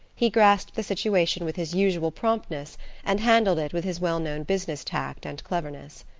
he grasped the situation with his usual promptness and handled it with his well-known business tact and cleverness.